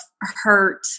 hurt